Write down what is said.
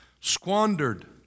squandered